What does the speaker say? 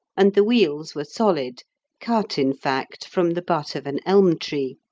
and the wheels were solid cut, in fact, from the butt of an elm tree.